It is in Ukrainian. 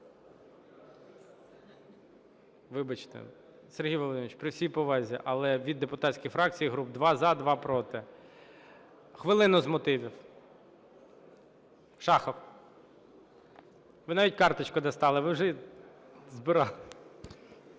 Вибачте! Сергій Володимирович, при всій повазі, але – від депутатських фракцій і груп: два – за, два – проти. Хвилину з мотивів Шахов. Ви навіть карточку достали, ви вже…